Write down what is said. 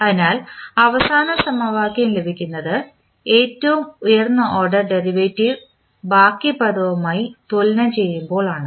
അതിനാൽ അവസാന സമവാക്യം ലഭിക്കുന്നത് ഏറ്റവും ഉയർന്ന ഓർഡർ ഡെറിവേറ്റീവ് ബാക്കി പദവുമായി തുലനംചെയ്യുമ്പോൾ ആണ്